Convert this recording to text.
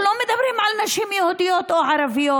אנחנו לא מדברים על נשים יהודיות או ערביות,